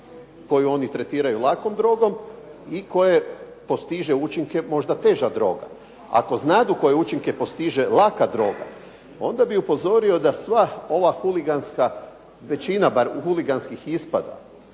koju oni tretiraju lakom drogom i koje postiže učinke možda teža droga. Ako znadu koje učinke postiže laka droga, onda bi upozorio da sva ova huliganska većina bar huliganskih ispada,